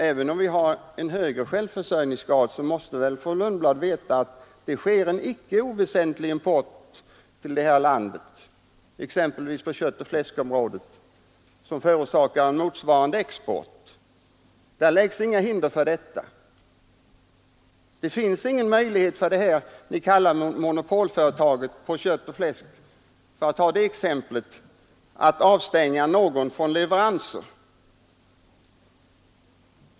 Även om vi har en hög självförsörjningsgrad, måste väl fru Lundblad veta att en icke oväsentlig import sker till detta land, exempelvis av fläsk och kött, som förorsakar en motsvarande export. Det läggs inga hinder för detta. Det finns ingen möjlighet för det ni kallar monopolföretaget i fråga om kött och fläsk, för att ytterligare exemplificra, att avstänga någon från leveranser.